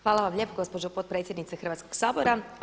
Hvala vam lijepo gospođo potpredsjednice Hrvatskog sabora.